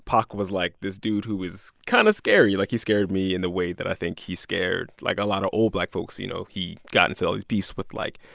pac was, like, this dude who was kind of scary. like, he scared me in the way that i think he scared, like, a lot of old black folks. you know, he got into all these beefs with, like,